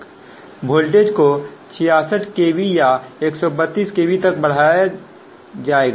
voltage को 66 kv या 132 kv तक बढ़ाया जाएगा